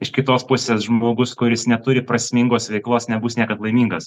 iš kitos pusės žmogus kuris neturi prasmingos veiklos nebus niekad laimingas